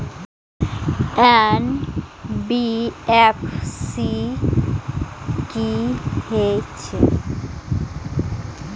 NBFC की हे छे?